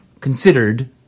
considered